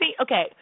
Okay